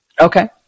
Okay